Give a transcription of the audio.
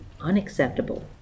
unacceptable